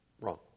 Wrong